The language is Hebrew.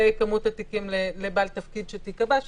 לכמות התיקים לבעל תפקיד שתקבע,